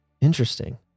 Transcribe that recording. Interesting